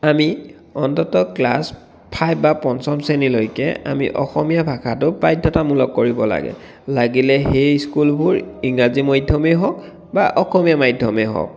আমি অন্ততঃ class five বা পঞ্চম শ্ৰেণীলৈকে আমি অসমীয়া ভাষাটোক বাধ্যতামূলক কৰিব লাগে লাগিলে সেই স্কুলবোৰ ইংৰাজী মধ্যমে হওক বা অসমীয়া মাধ্যমে হওক